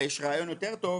יש רעיון יותר טוב,